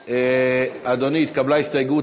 אדוני, התקבלה ההסתייגות.